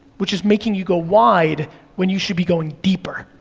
which is making you go wide when you should be going deeper.